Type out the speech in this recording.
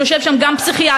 שיושב שם גם פסיכיאטר,